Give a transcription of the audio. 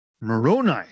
Moroni